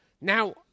Now